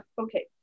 okay